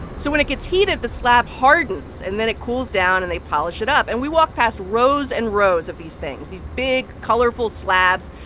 so when it gets heated, the slab hardens. and then it cools down, and they polish it up. and we walked past rows and rows of these things, these big colorful slabs,